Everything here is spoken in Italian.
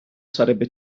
sarebbe